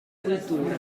cultura